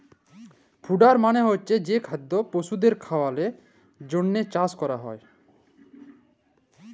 fodder মালে হচ্ছে যে খাদ্য পশুদের খাওয়ালর জন্হে চাষ ক্যরা হ্যয়